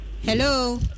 Hello